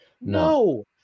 no